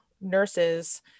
nurses